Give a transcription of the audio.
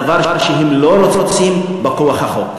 דבר שהם לא רוצים בכוח החוק,